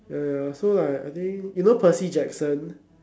ya ya so like I think you know Percy Jackson